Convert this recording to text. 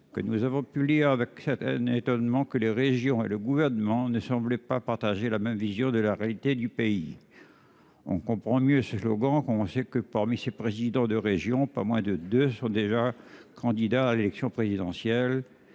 que nous avons pu lire avec un certain étonnement que les régions et le Gouvernement ne semblaient pas partager la même vision de la réalité du pays. On comprend mieux ce slogan quand on sait que, parmi les actuels présidents de région, pas moins de deux sont déjà candidats à l'élection présidentielle,